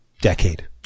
decade